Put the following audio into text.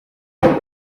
paul